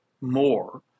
more